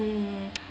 mm